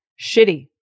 shitty